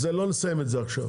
לא נסיים את זה עכשיו.